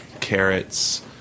carrots